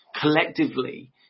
collectively